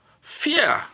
Fear